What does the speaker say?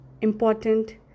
important